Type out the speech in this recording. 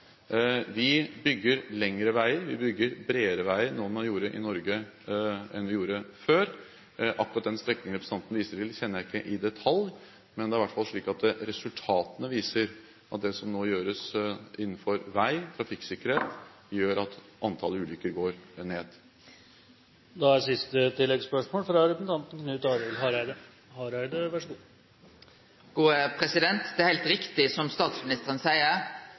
Vi bygger lengre veier, vi bygger bredere veier nå enn vi gjorde før. Akkurat den strekningen representanten viser til, kjenner jeg ikke i detalj. Men resultatene viser at det som nå gjøres i forbindelse med vei- og trafikksikkerhet, gjør at antall ulykker går ned. Knut Arild Hareide – til siste oppfølgingsspørsmål. Det er heilt riktig som statsministeren